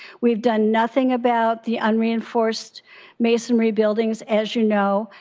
we've done nothing about the unreinforced masonry buildings, as you know.